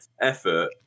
effort